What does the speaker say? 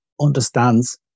understands